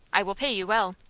i will pay you well.